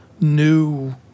new